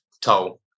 toll